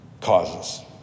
causes